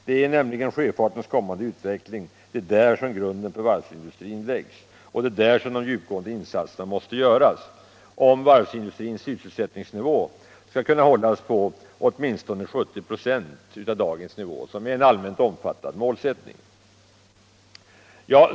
Det är nämligen i sjöfartens kommande utveckling som grunden för varvsindustrin läggs, och det är där som de djupgående insatserna måste göras, om varvsindustrins sysselsättningsnivå skall kunna hållas på åtminstone 70 96 av dagens nivå, som är en allmänt omfattad målsättning.